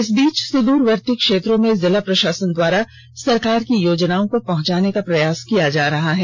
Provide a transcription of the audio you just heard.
इस बीच सुदूरवर्ती क्षेत्रों में जिला प्रषासन द्वारा सरकार की योजनाओं को पहुंचाने का प्रयास किया जा रहा है